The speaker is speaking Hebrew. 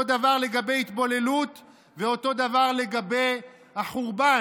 אותו הדבר לגבי התבוללות ואותו הדבר לגבי החורבן,